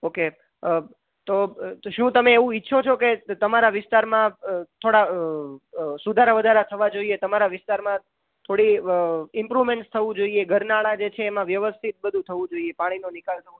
okay તો શું તમે એવું ઈચ્છો કે તમારા વિસ્તારમાં થોડા સુધારા વધારા થવા જોઈએ તમારા વિસ્તારમાં થોડી ઈમ્પ્રુમેન્ટસ થવું જોઈએ ઘરનાળા છે એમાં વ્યવસ્થિત બધું થવું જોઈએ પાણીનો નિકાલ થવો જોઈએ